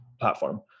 platform